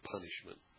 punishment